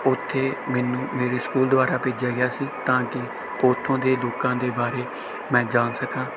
ਉੱਥੇ ਮੈਨੂੰ ਮੇਰੇ ਸਕੂਲ ਦੁਆਰਾ ਭੇਜਿਆ ਗਿਆ ਸੀ ਤਾਂ ਕਿ ਆਪਾਂ ਉੱਥੋਂ ਦੇ ਲੋਕਾਂ ਦੇ ਬਾਰੇ ਮੈਂ ਜਾਣ ਸਕਾਂ